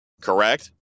correct